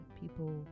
people